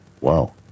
Wow